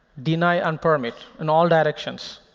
deny and permit in all directions.